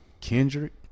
Kendrick